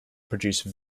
produce